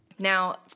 Now